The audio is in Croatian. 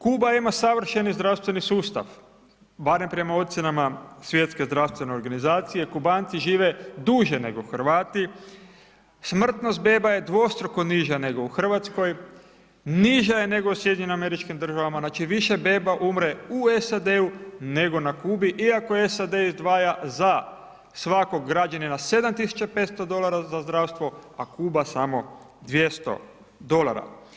Kuba ima savršeni zdravstveni sustav, barem prema ocjenama Svjetske zdravstvene organizacije, Kubanci žive duže nego Hrvati, smrtnost beba je dvostruko niža nego u Hrvatskoj, niža je nego u SAD-u, znači više beba umre u SAD-e nego na Kubi iako SAD izdvaja za svakog građanina 7.500 dolara za zdravstvo, a Kuba samo 200 dolara.